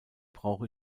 brauche